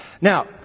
now